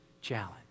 challenge